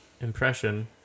impression